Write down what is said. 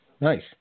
nice